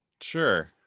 sure